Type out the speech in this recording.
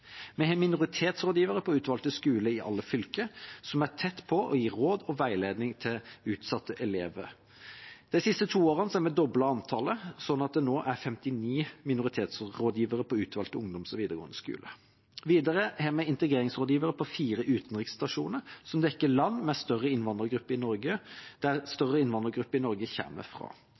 Vi har minoritetsrådgivere på utvalgte skoler i alle fylker, som er tett på og gir råd og veiledning til utsatte elever. De siste to årene har vi doblet antallet, sånn at det nå er 59 minoritetsrådgivere på utvalgte ungdomsskoler og videregående skoler. Videre har vi integreringsrådgivere på fire utenriksstasjoner, som dekker land der større innvandrergrupper i Norge